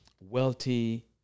wealthy